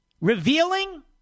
revealing